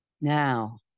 Now